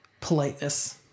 politeness